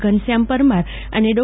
ઘનશ્યામ પરમાર અને ડો